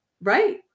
Right